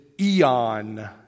eon